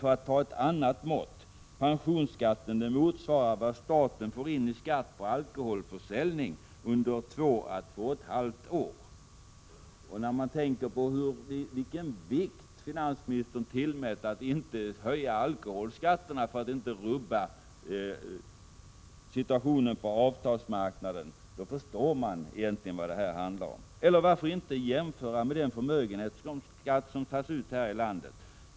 När man tänker på vilken vikt 12 december 1986 finansministern tillmäter att undvika höjningar av alkoholskatten för att inte rubba situationen på avtalsmarknaden, förstår man vad det egentligen handlar om. Eller varför inte jämföra med den förmögenhetsskatt som tas ut här i landet?